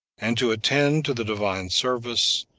and to attend to the divine service,